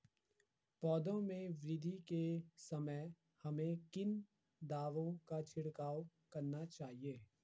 पौधों में वृद्धि के समय हमें किन दावों का छिड़काव करना चाहिए?